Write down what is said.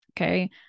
okay